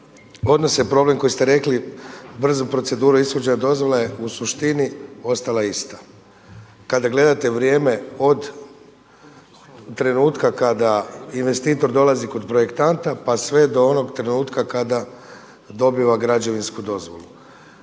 odnose, problem koji ste rekli brzu proceduru ishođenja dozvole u suštini ostala ista. Kada gledate vrijeme od trenutka kada investitor dolazi kod projektanta pa sve do onog trenutka kada dobiva građevinsku dozvolu.